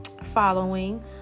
following